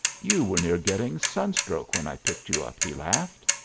you were near getting sunstroke when i picked you up, he laughed.